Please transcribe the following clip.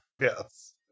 Yes